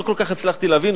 לא כל כך הצלחתי להבין,